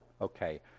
Okay